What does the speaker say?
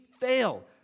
fail